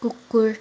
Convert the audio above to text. कुकुर